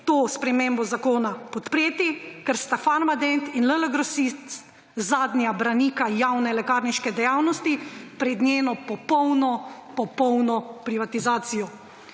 to spremembo zakona podpreti, ker sta Farmadent in LL Grosist zadnja branika javne lekarniške dejavnosti pred njeno popolno privatizacijo.